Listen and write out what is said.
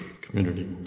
community